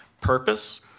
purpose